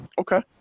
Okay